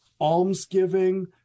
almsgiving